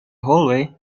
hallway